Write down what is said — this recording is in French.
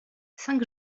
cinq